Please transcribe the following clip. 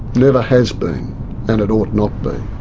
never has been and it ought not be.